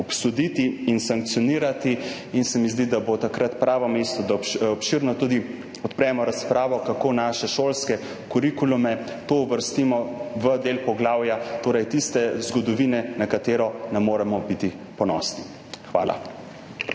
in sankcionirati. Zdi se mi, da bo takrat pravo mesto, da obširno tudi odpremo razpravo, kako v naše šolske kurikulume to uvrstiti v del poglavja tiste zgodovine, na katero ne moremo biti ponosni. Hvala.